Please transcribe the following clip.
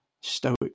stoic